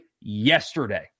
yesterday